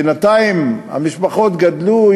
בינתיים המשפחות גדלו,